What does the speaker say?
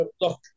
look